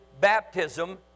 baptism